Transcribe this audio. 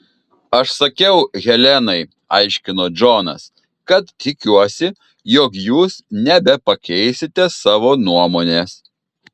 aš sakiau helenai aiškino džonas kad tikiuosi jog jūs nebepakeisite savo nuomonės